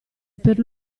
per